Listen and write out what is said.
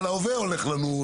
אבל ההווה הולך לנו.